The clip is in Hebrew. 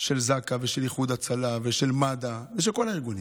של זק"א ושל איחוד הצלה ושל מד"א ושל כל הארגונים,